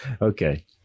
Okay